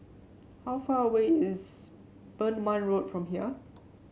how far away is Beng Wan Road from here